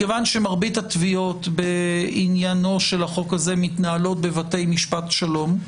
כיוון שמרבית התביעות בעניין החוק הזה מתנהלות בבתי משפט שלום,